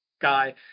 guy